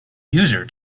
user